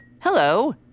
Hello